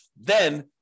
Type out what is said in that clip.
then-